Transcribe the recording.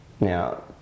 Now